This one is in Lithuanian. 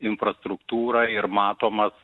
infrastruktūra ir matomas